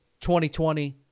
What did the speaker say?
2020